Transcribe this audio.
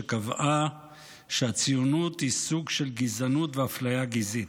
שקבעה שהציונות היא סוג של גזענות ואפליה גזעית.